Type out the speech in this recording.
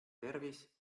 tervis